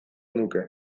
nuke